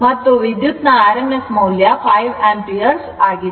ಮತ್ತು ವಿದ್ಯುತ್ ನ rms ಮೌಲ್ಯ 5 ಆಂಪಿಯರ್ ಆಗಿದೆ